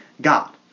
God